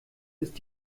ist